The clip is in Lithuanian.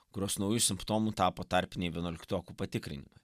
kurios nauju simptomu tapo tarpiniai vienuoliktokų patikrinimai